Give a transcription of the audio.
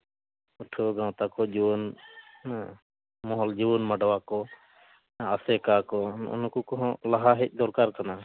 ᱯᱟᱹᱴᱷᱣᱟᱹ ᱜᱟᱶᱛᱟ ᱠᱚ ᱡᱩᱣᱟᱹᱱ ᱢᱚᱦᱚᱞ ᱡᱩᱣᱟᱹᱱ ᱢᱟᱸᱰᱣᱟ ᱠᱚ ᱟᱥᱮᱠᱟ ᱠᱚ ᱱᱩᱜᱼᱩ ᱱᱩᱠᱩ ᱠᱚᱦᱚᱸ ᱞᱟᱦᱟ ᱦᱮᱡ ᱫᱚᱨᱠᱟᱨ ᱠᱟᱱᱟ